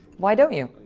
why dont you?